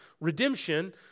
redemption